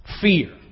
fear